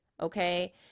okay